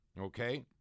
Okay